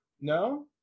No